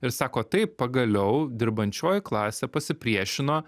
ir sako taip pagaliau dirbančioji klasė pasipriešino